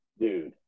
dude